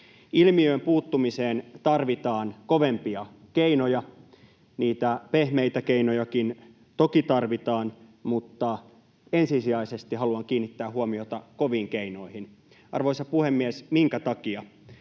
Ilmiöön puuttumiseen tarvitaan kovempia keinoja, niitä pehmeitä keinojakin toki tarvitaan, mutta ensisijaisesti haluan kiinnittää huomiota koviin keinoihin. Arvoisa puhemies! Minkä takia?